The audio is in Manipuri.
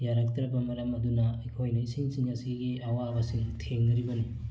ꯌꯥꯔꯛꯇ꯭ꯔꯕ ꯃꯔꯝ ꯑꯗꯨꯅ ꯑꯩꯈꯣꯏꯅ ꯏꯁꯤꯡꯁꯤꯡ ꯑꯁꯤꯒꯤ ꯑꯋꯥꯕꯁꯤ ꯊꯦꯡꯅꯔꯤꯕꯅꯤ